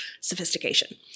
sophistication